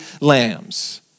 lambs